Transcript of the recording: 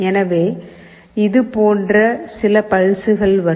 எனவே இது போன்ற சில பல்ஸ்கள் வரும்